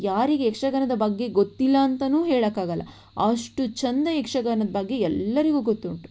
ಯಾರಿಗೆ ಯಕ್ಷಗಾನದ ಬಗ್ಗೆ ಗೊತ್ತಿಲ್ಲ ಅಂತಲೂ ಹೇಳೋಕ್ಕಾಗಲ್ಲ ಅಷ್ಟು ಚಂದ ಯಕ್ಷಗಾನದ ಬಗ್ಗೆ ಎಲ್ಲರಿಗೂ ಗೊತ್ತುಂಟು